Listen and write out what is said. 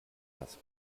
das